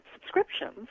subscriptions